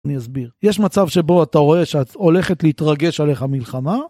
אני אסביר יש מצב שבו אתה רואה שאת הולכת להתרגש עליך מלחמה.